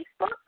Facebook